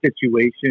situation